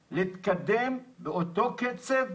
ומאותו רגע למעשה,